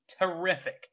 terrific